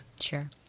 sure